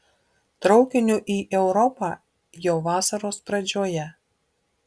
traukiniu į europą jau vasaros pradžioje